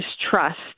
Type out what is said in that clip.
distrust